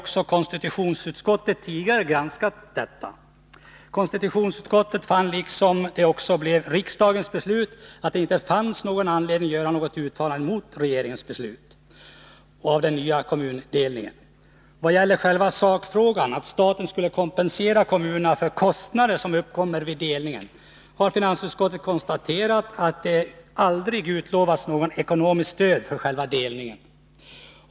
Konstitutionsutskottet fann, och det blev också riksdagens beslut, att det inte fanns någon anledning att göra något uttalande mot regeringens beslut om den nya kommunindelningen. Vad gäller själva sakfrågan, att staten skulle kompensera kommunerna för kostnader som uppkommer vid delningen, har finansutskottet konstaterat att det aldrig utlovats något ekonomiskt stöd för själva delningen.